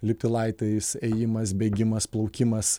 lipti laiptais ėjimas bėgimas plaukimas